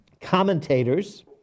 commentators